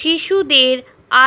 শিশুদের